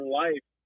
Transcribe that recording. life